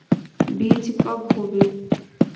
बीज कब होबे?